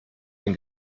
den